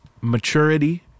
maturity